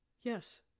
Yes